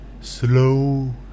slow